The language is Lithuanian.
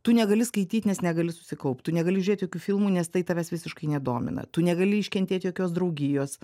tu negali skaityt nes negali susikaupt tu negali žiūrėt jokių filmų nes tai tavęs visiškai nedomina tu negali iškentėt jokios draugijos